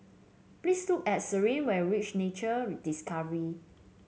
please to Sariah when you reach Nature Discovery